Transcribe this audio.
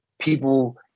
People